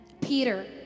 Peter